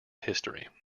history